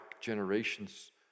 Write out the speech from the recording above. generations